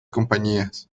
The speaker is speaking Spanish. compañías